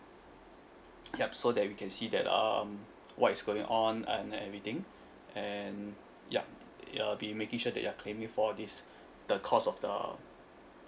yup so that we can see that um what is going on and everything and yup I'll be making sure that your claiming for this the cost of the